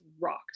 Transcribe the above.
rocked